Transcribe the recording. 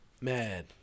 mad